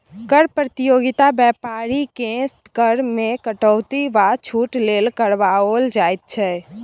कर प्रतियोगिता बेपारीकेँ कर मे कटौती वा छूट लेल करबाओल जाइत छै